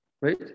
right